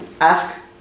ask